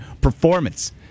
performance